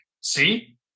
see